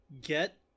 get